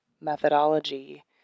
methodology